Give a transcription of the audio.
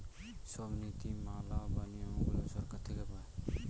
সব নীতি মালা বা নিয়মগুলো সরকার থেকে পায়